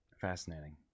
Fascinating